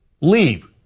leave